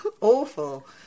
awful